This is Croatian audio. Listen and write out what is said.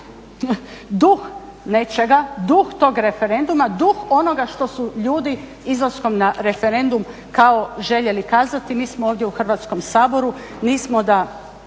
duh nečega, duh tog referenduma, duh onoga što su ljudi izlaskom na referendum kao željeli kazati. Mi smo ovdje u Hrvatskom saboru, nismo da